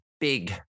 big